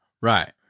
Right